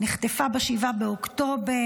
היא נחטפה ב-7 באוקטובר.